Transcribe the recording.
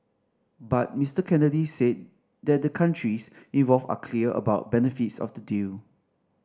but Mr Kennedy said that the countries involved are clear about benefits of the deal